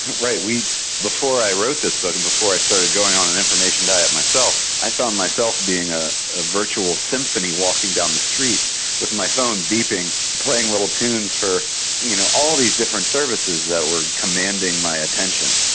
right. before i wrote this book and before i started going on an information diet myself, i found myself being a virtual symphony walking down the street with my phone beeping, playing little tunes for you know all these different services that were commanding my attention.